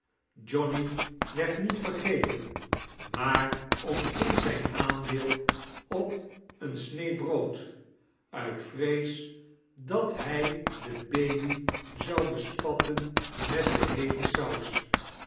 johnny werd niet vergeten maar ontving zijn aandeel op een snee brood uit vrees dat hij den baby zou bespatten met de heete saus